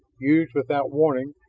used without warning,